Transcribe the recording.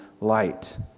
light